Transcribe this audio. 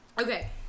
Okay